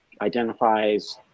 identifies